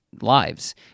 lives